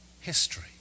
history